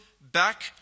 back